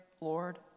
Lord